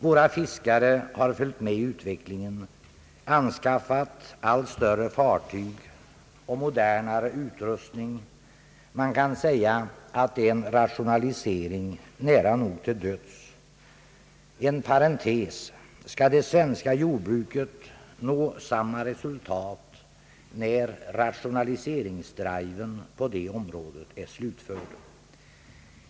Våra fiskare har följt med i utvecklingen, skaffat allt större fartyg och modernare utrustning — man kan säga att det är en rationalisering nära nog till döds. En parentes: Skall det bli samma resultat för det svenska jordbruket, när rationaliseringsdriven på det området är slutförd?